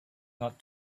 not